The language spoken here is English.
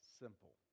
simple